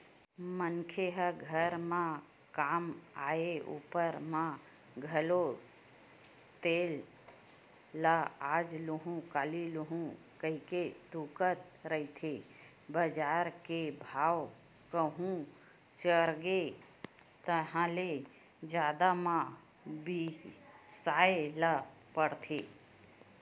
मनखे ह घर म काम आय ऊपर म घलो तेल ल आज लुहूँ काली लुहूँ कहिके तुंगत रहिथे बजार के भाव कहूं चढ़गे ताहले जादा म बिसाय ल परथे